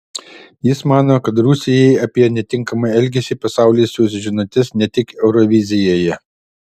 jis mano kad rusijai apie netinkamą elgesį pasaulis siųs žinutes ne tik eurovizijoje